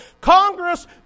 Congress